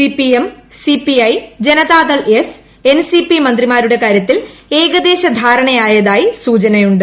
CPM CPI Janata Dal S NCP മന്ത്രിമാരുഭ്ടു കാര്യത്തിൽ ഏകദേശ ധാരണയായാതായി സൂചനയുണ്ട്